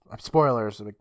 spoilers